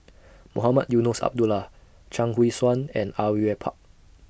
Mohamed Eunos Abdullah Chuang Hui Tsuan and Au Yue Pak